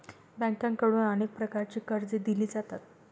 बँकांकडून अनेक प्रकारची कर्जे दिली जातात